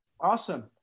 Awesome